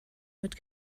mit